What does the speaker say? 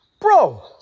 Bro